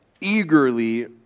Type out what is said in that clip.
eagerly